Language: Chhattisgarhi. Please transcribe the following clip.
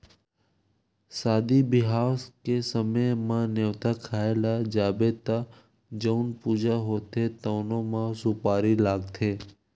सादी बिहाव के समे म, नेवता खाए ल जाबे त जउन पूजा होथे तउनो म सुपारी लागथे